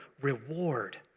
reward